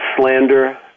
slander